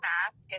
Mask